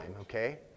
okay